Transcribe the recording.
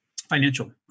financial